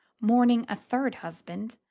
mourning a third husband,